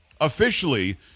Officially